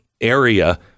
area